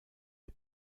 est